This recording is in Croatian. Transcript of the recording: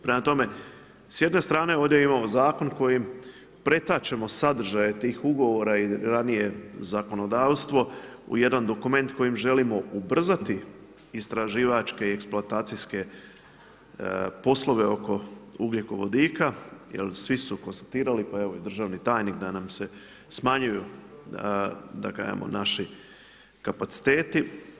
Prema tome, s jedne strane ovdje imamo zakon kojim p pretačemo sadržaje tih ugovora i ranije zakonodavstvo u jedan dokument kojim želimo ubrzati istraživačke i eksploatacijske poslove oko ugljikovodika jel svi su konstatirali pa evo i državni tajnik da nam se smanjuju naši kapaciteti.